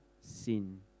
sin